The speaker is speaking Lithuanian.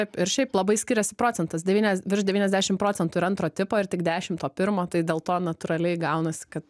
taip ir šiaip labai skiriasi procentas devynias virš devyniasdešimt procentų yra antro tipo ir tik dešimt to pirmo tai dėl to natūraliai gaunasi kad